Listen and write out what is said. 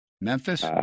Memphis